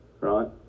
right